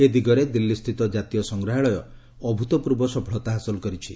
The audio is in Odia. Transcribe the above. ଏ ଦିଗରେ ଦିଲ୍ଲୀସ୍ଥିତ ଜାତୀୟ ସଂଗ୍ରହାଳୟ ଅଭ୍ରତପୂର୍ବ ସଫଳତା ହାସଲ କରିଛି